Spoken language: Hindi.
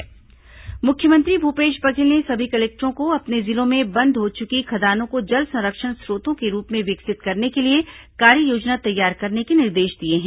मुख्यमंत्री कलेक्टर निर्देश मुख्यमंत्री भूपेश बघेल ने सभी कलेक्टरों को अपने जिलों में बंद हो चुकी खदानों को जल संरक्षण स्रोतों के रूप में विकसित करने के लिए कार्ययोजना तैयार करने के निर्देश दिए हैं